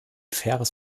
faires